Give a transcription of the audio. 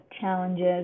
challenges